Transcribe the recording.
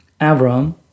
Avram